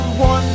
one